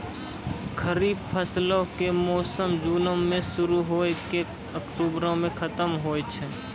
खरीफ फसलो के मौसम जूनो मे शुरु होय के अक्टुबरो मे खतम होय छै